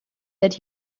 that